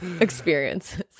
experiences